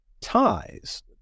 ties